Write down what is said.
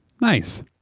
Nice